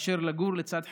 לצערי, מאשר לגור לצד חרדים.